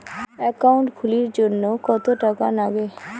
Account খুলির জন্যে কত টাকা নাগে?